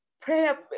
prayer